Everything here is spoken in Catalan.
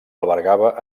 albergava